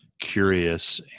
curious